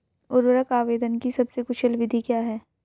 उर्वरक आवेदन की सबसे कुशल विधि क्या है?